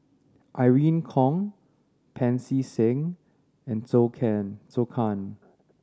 Irene Khong Pancy Seng and Zhou Can Zhou Can